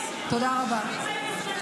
תודה רבה.